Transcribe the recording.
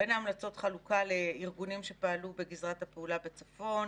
בין ההמלצות יש חלוקה לארגונים שפעלו בגזרת הפעולה בצפון,